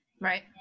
Right